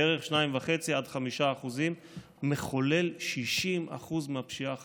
בערך 2.5% עד 5% מחוללים 60% מהפשיעה החמורה.